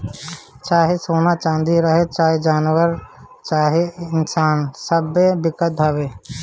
चाहे सोना चाँदी रहे, चाहे जानवर चाहे इन्सान सब्बे बिकत हवे